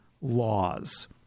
laws